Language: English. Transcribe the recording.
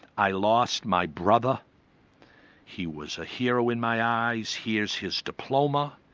i lost my brother he was a hero in my eyes, here's his diploma,